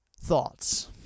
thoughts